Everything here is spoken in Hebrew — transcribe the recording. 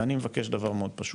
אני מבקש דבר פשוט.